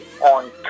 on